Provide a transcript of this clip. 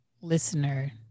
listener